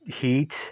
Heat